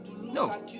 No